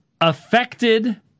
affected